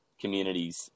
communities